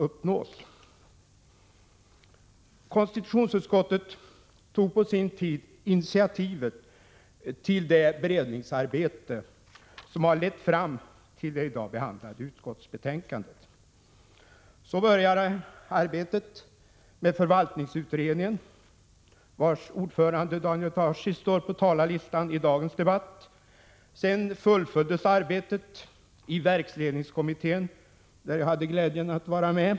Det var konstitutionsutskottet som tog initiativ till det beredningsarbete som har lett fram till det utskottsbetänkande som i dag behandlas. Så började arbetet med förvaltningsutredningen, vars ordförande Daniel Tarschys står på talarlistan i dagens debatt. Sedan fullföljdes arbetet i verksledningskommittén, där jag själv hade glädjen att vara med.